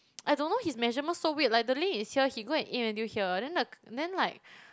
I don't know his measurement so weird like the lane is here he go and aim until here then the k~ then like